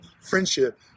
friendship